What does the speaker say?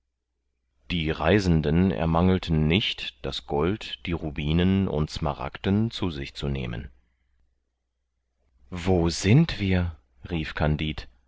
die reisenden ermangelten nicht das gold die rubinen und smaragden zu sich zu nehmen wo sind wir rief kandid